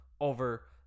over